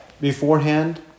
beforehand